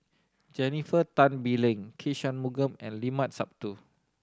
Jennifer Tan Bee Leng K Shanmugam and Limat Sabtu